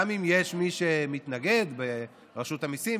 גם אם יש מי שמתנגד ברשות המיסים,